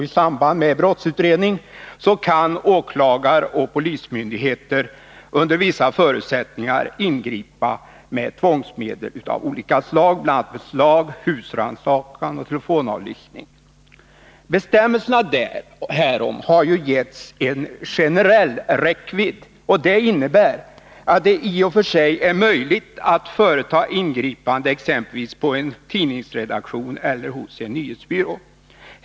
I samband med brottsutredning kan åklagaroch polismyndigheter under vissa förutsättningar ingripa med tvångsmedel av olika slag, bl.a. beslag, husrannsakan och telefonavlyssning. Bestämmelserna härom har givits generell räckvidd. Det innebär att det i och för sig är möjligt att företa ingripanden exempelvis på en tidningsredaktion eller hos en nyhetsbyrå.